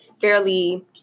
fairly